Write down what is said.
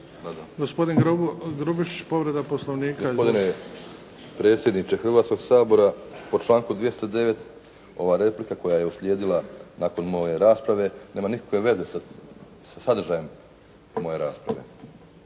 **Grubišić, Boro (HDSSB)** Gospodine predsjedniče Hrvatskog sabora. Po članku 209., ova replika koja je uslijedila nakon moje rasprave nema nikakve veze sa sadržajem moje rasprave.